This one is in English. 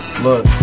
look